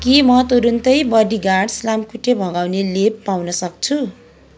के म तुरुन्तै बडिगार्ड्स् लामखुट्टे भगाउने लेप पाउन सक्छु